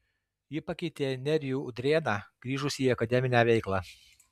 ji pakeitė nerijų udrėną grįžusį į akademinę veiklą